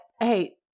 Hey